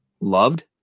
loved